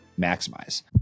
maximize